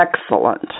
Excellent